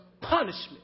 punishment